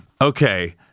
okay